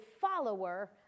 follower